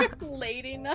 lady